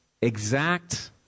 exact